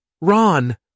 Ron